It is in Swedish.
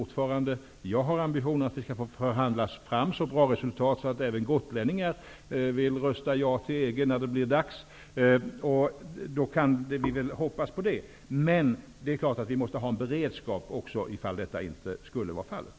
Min ambition är att man skall kunna förhandla fram ett så pass gott resultat att även gotlänningarna vill rösta ja till EG, när det blir aktuellt. Men det är klart att vi också måste ha en beredskap om så inte blir fallet.